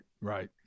right